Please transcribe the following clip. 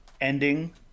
ending